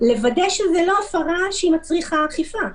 לוודא שזה לא הפרה שמצריכה אכיפה.